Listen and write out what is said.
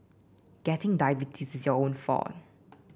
getting diabetes is your own fault